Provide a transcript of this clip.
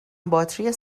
باتری